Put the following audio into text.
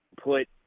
put